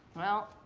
well.